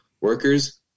workers